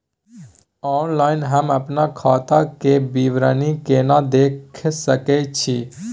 Online हम अपन खाता के विवरणी केना देख सकै छी?